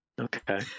Okay